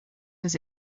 does